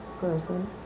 person